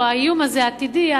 או האיום העתידי הזה,